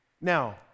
Now